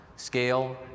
Scale